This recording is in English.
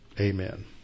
Amen